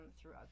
throughout